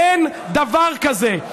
אין דבר כזה.